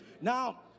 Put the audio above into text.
Now